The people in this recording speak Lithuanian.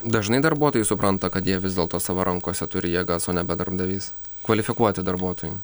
dažnai darbuotojai supranta kad jie vis dėlto savo rankose turi jėgas o nebe darbdavys kvalifikuoti darbuotojai